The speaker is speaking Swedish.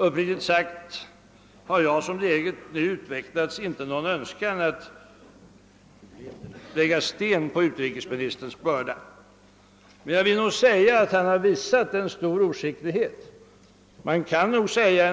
Uppriktigt sagt har jag som saken nu utvecklats inte någon önskan att lägga sten på utrikesministerns börda. Men jag vill nog säga att han har visat en